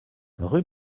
rue